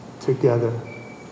together